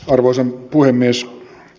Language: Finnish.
arvoisa puhemies